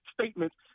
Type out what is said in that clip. statements